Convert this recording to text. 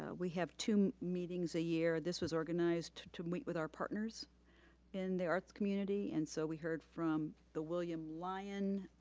ah we have two meetings a year. this was organized to meet with our partners in the arts community and so we heard from the william lyon